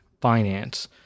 finance